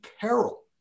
peril